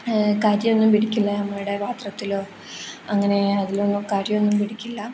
കരിയൊന്നും പിടിക്കില്ല നമ്മളുടെ പാത്രത്തിലോ അങ്ങനെ അതിലൊന്നും കരിയൊന്നും പിടിക്കില്ല